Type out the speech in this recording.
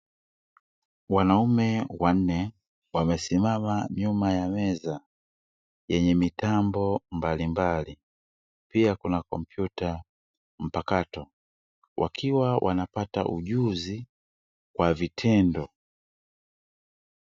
Wanaume wanne wamesimama nyuma ya meza yenye mitambo mbalimbali, pia kuna kompyuta mpakato wakiwa wanapata ujuzi kwa vitendo.